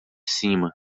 cima